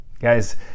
Guys